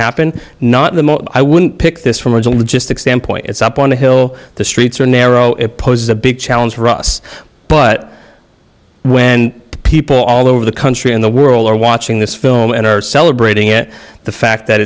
happen not the more i wouldn't pick this from a logistics standpoint it's up on the hill the streets are narrow it poses a big challenge for us but when people all over the country in the world are watching this film and are celebrating it the fact that